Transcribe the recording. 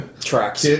tracks